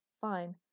Fine